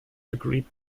agreed